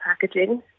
packaging